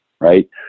right